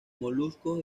moluscos